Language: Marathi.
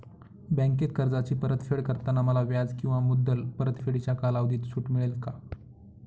बँकेत कर्जाची परतफेड करताना मला व्याज किंवा मुद्दल परतफेडीच्या कालावधीत सूट मिळेल का?